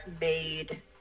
made